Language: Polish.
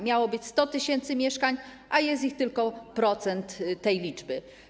Miało być 100 tys. mieszkań, a jest ich tylko procent tej liczby.